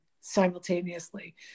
simultaneously